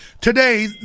today